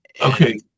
Okay